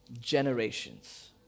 generations